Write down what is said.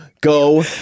Go